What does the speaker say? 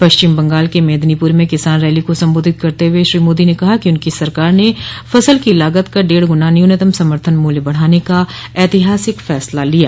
पश्चिम बंगाल में मेदिनीपुर में किसान रैली को संबोधित करते हुए श्री मोदी ने कहा कि उनकी सरकार ने फसल की लागत का डेढ़ गना न्यूनतम समर्थन मूल्य बढ़ाने का ऐतिहासिक फैसला लिया